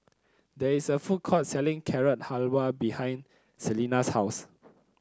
there is a food court selling Carrot Halwa behind Selina's house